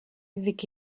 mhic